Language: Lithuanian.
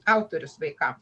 autorius vaikam